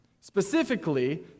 specifically